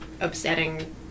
upsetting